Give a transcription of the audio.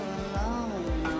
alone